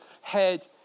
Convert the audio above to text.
head